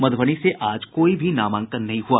मधुबनी से आज कोई भी नामांकन नहीं हुआ